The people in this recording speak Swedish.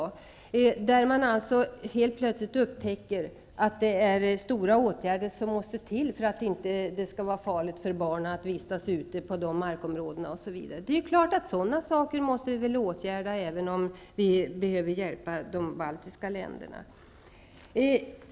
Där upptäckte man alltså helt plötsligt att stora åtgärder måste vidtas för att det inte skall vara farligt för barn att vistas ute på dessa markområden. Det är klart att vi måste åtgärda sådana saker även om vi behöver hjälpa de baltiska länderna.